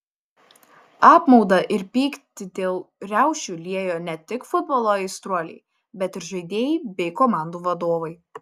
apmaudą ir pyktį dėl riaušių liejo ne tik futbolo aistruoliai bet ir žaidėjai bei komandų vadovai